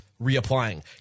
reapplying